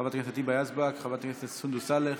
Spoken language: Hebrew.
חברת הכנסת היבה יזבק, חברת הכנסת סונדוס סאלח,